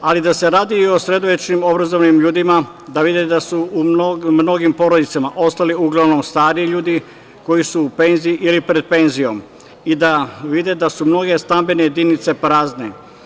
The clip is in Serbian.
ali i da se radi o sredovečnim obrazovanim ljudima, da vidi da su u mnogim porodicama ostali uglavnom stari ljudi koji su u penziji ili pred penzijom i da vide da su mnoge stambene jedinice prazne.